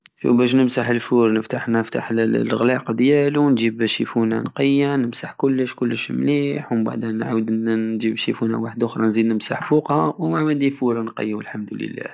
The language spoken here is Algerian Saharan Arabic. بش نمسح الفور نفتح- نفتح لغلاق ديالو نجيب الشيفونة نقية نمسح كلش كلش مليح ومبعدة نعاود نجيب الشيفونة وحدوخرى نزيد نمسح فوقها وهاو عندي فور نقي والحمد لله